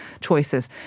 choices